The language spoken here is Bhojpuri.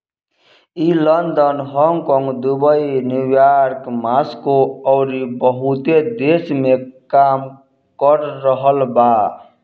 ई London, Hong Kong, Dubai, New York, Moscow अउरी बहुते देश में काम कर रहल बा